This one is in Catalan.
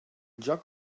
joc